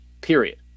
period